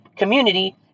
community